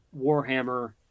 Warhammer